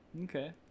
Okay